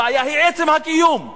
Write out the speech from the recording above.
הבעיה היא עצם הקיום.